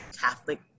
catholic